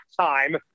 time